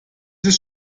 ist